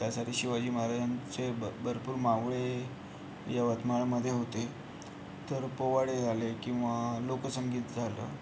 त्यासाठी शिवाजी महाराजांचे भ भरपूर मावळे यवतमाळ मध्ये होते तर पोवाडे झाले किंवा लोकसंगीत झालं